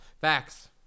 Facts